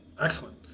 Excellent